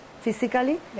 physically